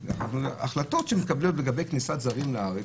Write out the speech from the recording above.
- החלטות שמתקבלות בנושא כניסת זרים לארץ,